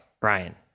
Brian